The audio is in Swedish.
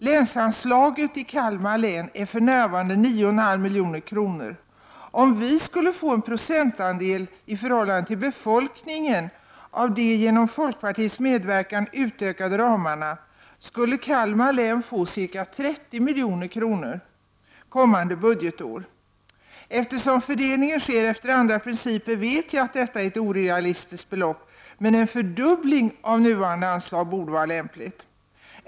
Länsanslaget i Kalmar län är för närvarande 9,5 milj.kr. Om vi skulle få en procentandel i förhållande till befolkningen av de genom folkpartiets medverkan utökade ramarna, skulle Kalmar län få ca 30 milj.kr. kommande budgetår. Eftersom fördelningen sker efter andra principer vet jag att detta är ett orealistiskt belopp, men en fördubbling av nuvarande anslag borde vara lämpligt.